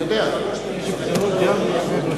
הוא יודע, הוא היה שר.